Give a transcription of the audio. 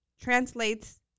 translates